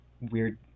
weird